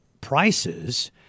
prices